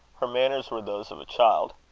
her manners were those of a child.